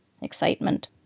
Excitement